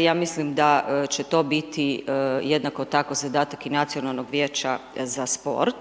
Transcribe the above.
Ja mislim da će to biti jednako tako zadatak i Nacionalnog vijeća za sport.